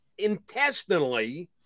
intestinally